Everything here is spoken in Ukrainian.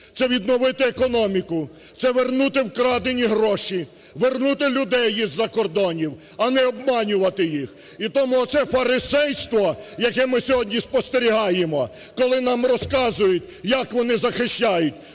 це відновити економіку, це вернути вкрадені гроші, вернути людей із закордонів, а не обмінювати їх. І тому оце фарисейство, яке ми сьогодні спостерігаємо, коли нам розказують, як вони захищають…